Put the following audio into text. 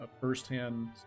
first-hand